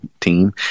team